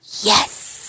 yes